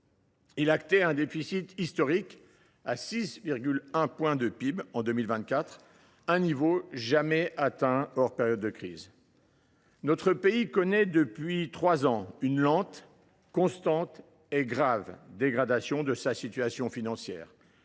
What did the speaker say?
Il acte un déficit historique à 6,1 % du PIB en 2024, un niveau jamais atteint hors période de crise. Notre pays connaît depuis trois ans une lente, constante et grave dégradation de sa situation financière